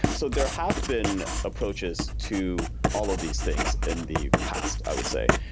so there have been approaches to all of these things in the past, i would say.